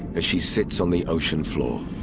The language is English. as she sits on the ocean floor.